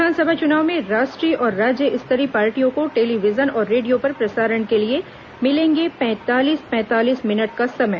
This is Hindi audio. विधानसभा चुनाव में राष्ट्रीय और राज्य स्तरीय पार्टियों को टेलीविजन और रेडियो पर प्रसारण के लिए मिलेंगे पैंतालीस पैंतालीस मिनट का समय